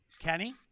Kenny